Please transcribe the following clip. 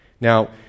Now